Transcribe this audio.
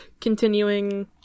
continuing